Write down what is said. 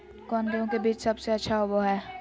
कौन गेंहू के बीज सबेसे अच्छा होबो हाय?